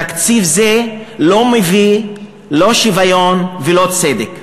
תקציב זה לא מביא לא שוויון ולא צדק.